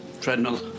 Treadmill